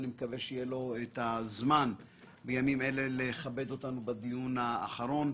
אני מקווה שיהיה לו את הזמן בימים אלה לכבד אותנו בדיון האחרון.